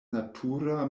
natura